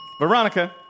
Veronica